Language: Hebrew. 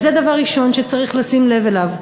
אז זה דבר ראשון שצריך לשים לב אליו.